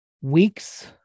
weeks